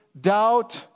doubt